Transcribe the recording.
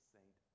Saint